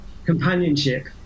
companionship